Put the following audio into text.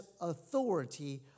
authority